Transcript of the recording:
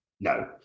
No